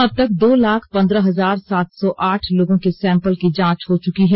अब तक दो लाख पंद्रह हजार सात सौ आठ लोगों के सैंपल की जांच हो चुकी है